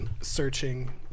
searching